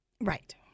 Right